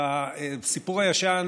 הסיפור הישן,